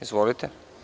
Izvolite.